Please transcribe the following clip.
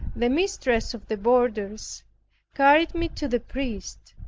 the mistress of the boarders carried me to the priest,